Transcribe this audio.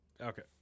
Okay